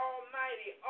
Almighty